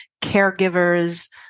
caregivers